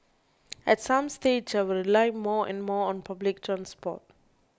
at some stage I will rely more and more on public transport